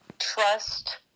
trust